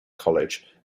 college